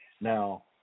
Now